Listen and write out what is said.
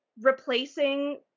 replacing